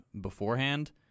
beforehand